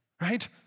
Right